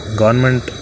government